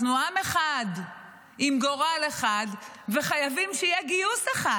אנחנו עם אחד עם גורל אחד וחייבים שיהיה גיוס אחד,